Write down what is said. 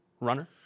runner